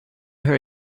her